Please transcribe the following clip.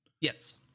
Yes